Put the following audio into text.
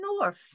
North